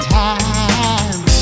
time